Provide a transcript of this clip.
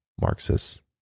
Marxists